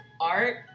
art